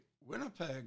Winnipeg